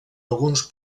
alguns